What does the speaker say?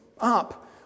up